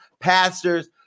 pastors